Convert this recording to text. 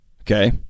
Okay